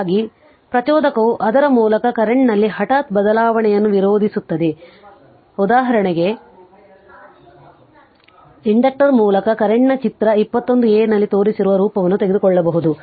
ಹೀಗಾಗಿ ಪ್ರಚೋದಕವು ಅದರ ಮೂಲಕ ಕರೆಂಟ್ನಲ್ಲಿನ ಹಠಾತ್ ಬದಲಾವಣೆಯನ್ನು ವಿರೋಧಿಸುತ್ತದೆ ಉದಾಹರಣೆಗೆ ಇಂಡಕ್ಟರ್ ಮೂಲಕ ಕರೆಂಟ್ನ ಚಿತ್ರ 21a ನಲ್ಲಿ ತೋರಿಸಿರುವ ರೂಪವನ್ನು ತೆಗೆದುಕೊಳ್ಳಬಹುದು